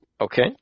Okay